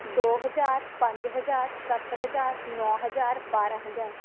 ਦੋ ਹਜ਼ਾਰ ਪੰਜ ਹਜ਼ਾਰ ਸੱਤ ਹਜ਼ਾਰ ਨੌ ਹਜ਼ਾਰ ਬਾਰ੍ਹਾਂ ਹਜ਼ਾਰ